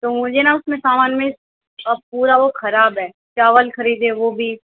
تو مجھے نہ اُس میں سامان میں پورا وہ خراب ہے چاول خریدے وہ بھی